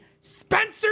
Spencer